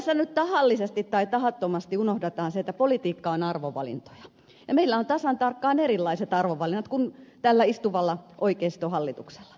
tässä nyt tahallisesti tai tahattomasti unohdetaan se että politiikka on arvovalintoja ja meillä on tasan tarkkaan erilaiset arvovalinnat kuin tällä istuvalla oikeistohallituksella